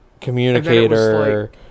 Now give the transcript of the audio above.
communicator